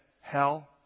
hell